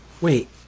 Wait